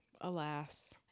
alas